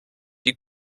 die